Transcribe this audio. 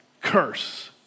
curse